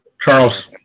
Charles